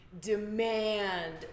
demand